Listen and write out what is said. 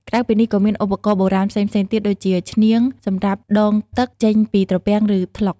ក្រៅពីនេះ ក៏មានឧបករណ៍បុរាណផ្សេងៗទៀតដូចជា ឈ្នាង សម្រាប់ដងទឹកចេញពីត្រពាំង ឬថ្លុក។